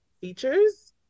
features